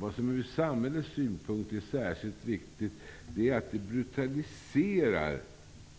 Vad som ur samhällets synvinkel är särskilt viktigt är att dödsstraffet brutaliserar